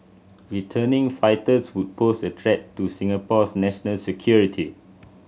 returning fighters would pose a threat to Singapore's national security